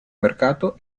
mercato